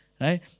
right